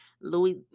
Louis